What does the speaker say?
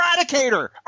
eradicator